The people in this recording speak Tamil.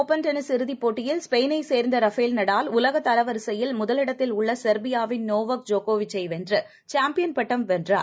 டென்னிஸ் இறுதிப் போட்டியில் ஸ்பெயினைச் இத்தாலிஒப்பன் சேர்ந்தரபேல் நடால் உலகதரவரிசையில் முதல் இடத்தில் உள்ளசெர்பியாவின் நோவாக் ஜோகோவிச்சைவென்றுசாம்பியன் பட்டம் வென்றார்